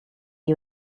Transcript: you